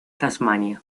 tasmania